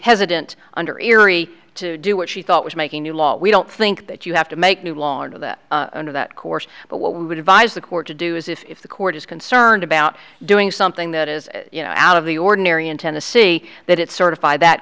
hesitant under erie to do what she thought was making new law we don't think that you have to make new law into that under that course but what we would advise the court to do is if the court is concerned about doing something that is out of the ordinary in tennessee that it's sort of that